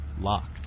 locked